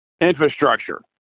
infrastructure